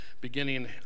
beginning